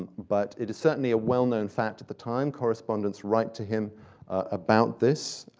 and but it is certainly a well-known fact at the time. correspondents write to him about this.